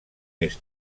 més